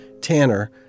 Tanner